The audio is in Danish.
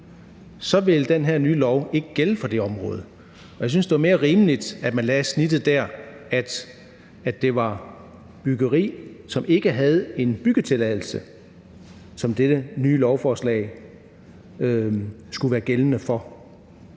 så vil den her nye lov ikke gælde for de områder. Og jeg synes, det var mere rimeligt, at man lagde snittet der, hvor det var byggeri, som ikke havde en byggetilladelse, som dette nye lovforslag skulle være gældende for.